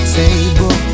table